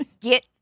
Get